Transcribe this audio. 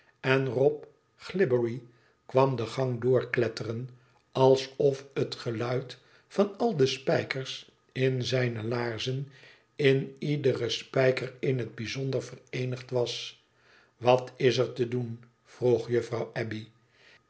en rob glibbery kwam de gang doorkletteren alsof het geluid van al de spijkers in zijne laarzen in iederen spijker in het bijzonder vereenigd was wat is er te doen vroeg juffrouw abbey